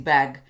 Bag